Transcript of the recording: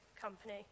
company